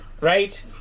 Right